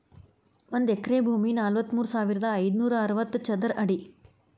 ಒಂದ ಎಕರೆ ಭೂಮಿ ನಲವತ್ಮೂರು ಸಾವಿರದ ಐದನೂರ ಅರವತ್ತ ಚದರ ಅಡಿ